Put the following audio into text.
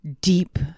deep